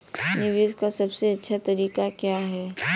निवेश का सबसे अच्छा तरीका क्या है?